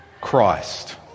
Christ